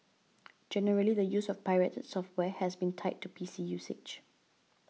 generally the use of pirated software has been tied to P C usage